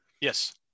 yes